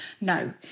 No